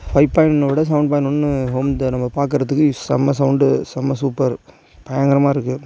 five point ஒன்னோட seven point ஒன்று home நம்ம பார்க்கறதுக்கு செம்ம சவுண்டு செம்ம சூப்பர் பயங்கரமா இருக்குது